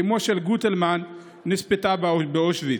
אימו של גוטלמן נספתה באושוויץ.